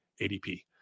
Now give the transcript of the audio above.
ADP